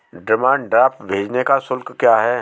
Demand draft भेजने का शुल्क क्या है?